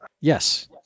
Yes